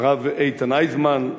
הרב איתן אייזמן,